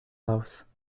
house